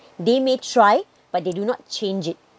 they may try but they do not change it